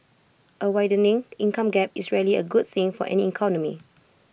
A widening income gap is rarely A good thing for any economy